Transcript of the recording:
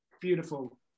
beautiful